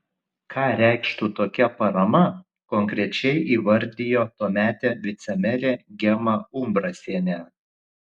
ką reikštų tokia parama konkrečiai įvardijo tuometė vicemerė gema umbrasienė